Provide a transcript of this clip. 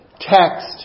text